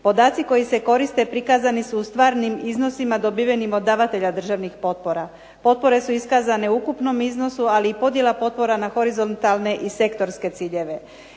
Podaci koji se koriste prikazani su u stvarnim iznosima dobivenim od davatelja državnih potpora. Potpore su iskazane u ukupnom iznosu, ali i podjela potpora na horizontalne i sektorske ciljeve.